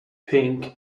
pink